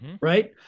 right